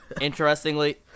Interestingly